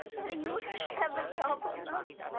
whether you have a job or not.